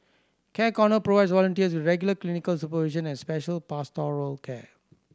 Care Corner provides volunteers with regular clinical supervision and special pastoral care